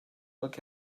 look